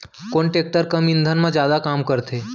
कोन टेकटर कम ईंधन मा जादा काम करथे?